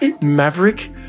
Maverick